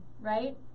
right